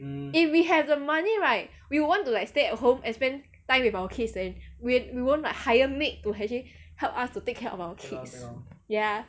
if we have the money right we will want to like stay at home and spend time with our kids and we won't like hire maid to actually help us to take care of our kids